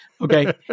Okay